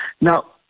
Now